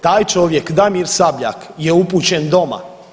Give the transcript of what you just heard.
Taj čovjek, Damir Sabljak je upućen doma.